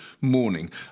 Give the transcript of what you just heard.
morning